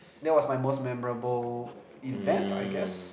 that was my most memorable event I guess